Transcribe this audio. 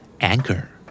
anchor